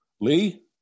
Lee